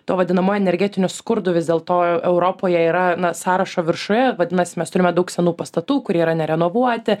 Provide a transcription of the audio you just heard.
to vadinamojo energetinio skurdo vis dėlto europoje yra sąrašo viršuje vadinasi mes turime daug senų pastatų kurie yra nerenovuoti